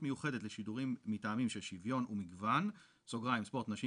מיוחדת לשידורים מטעמים של שוויון ומגוון (ספורט נשים